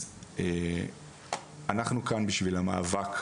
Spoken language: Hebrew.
אז אנחנו כאן בשביל המאבק,